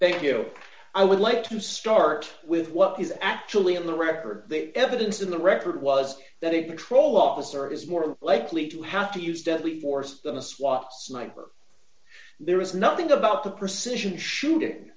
thank you i would like to start with what is actually in the record the evidence in the record was that a patrol officer is more likely to have to use deadly force than a swat sniper there is nothing about the precision shooting